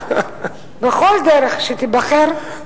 בכל דרך שתיבחר,